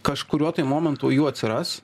kažkuriuo tai momentu jų atsiras